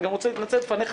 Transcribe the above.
אני רוצה גם להתנצל בפניך.